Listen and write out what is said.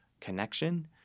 connection